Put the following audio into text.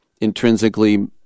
intrinsically